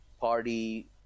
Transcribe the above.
party